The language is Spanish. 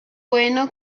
bueno